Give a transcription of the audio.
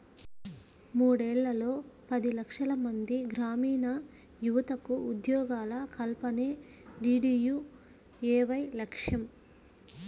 మూడేళ్లలో పది లక్షలమంది గ్రామీణయువతకు ఉద్యోగాల కల్పనే డీడీయూఏవై లక్ష్యం